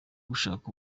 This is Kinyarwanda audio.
gushaka